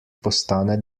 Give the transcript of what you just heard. postane